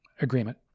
agreement